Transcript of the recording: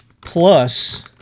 plus